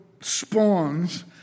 spawns